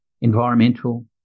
environmental